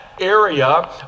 area